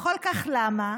וכל כך למה?